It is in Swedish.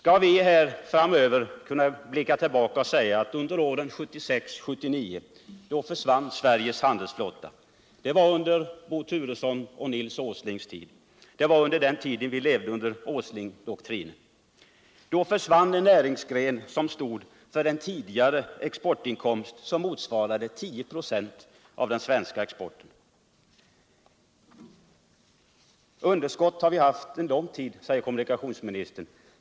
Kanske skall vi i framtiden blicka tillbaka och säga: Under åren 1976-1979 försvann Sveriges handelsflotta. Det var under Bo Turessons och Nils Åslings tid; det var under den tid då vi levde under Åslings doktrin. Då försvann en näringsgren som stod för en tidigare exporunkomst motsvarande 10 926 av den svenska exporten. Underskott har vi haft en lång tid, säger kommunikationsministern.